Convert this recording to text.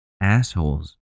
assholes